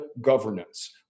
governance